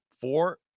four